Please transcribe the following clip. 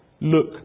look